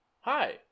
Hi